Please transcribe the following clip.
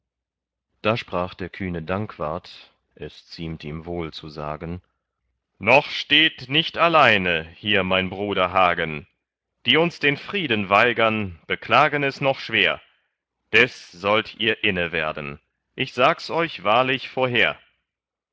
da sprach der kühne dankwart es ziemt ihm wohl zu sagen noch steht nicht alleine hier mein bruder hagen die uns den frieden weigern beklagen es noch schwer des sollt ihr inne werden ich sags euch wahrlich vorher